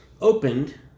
opened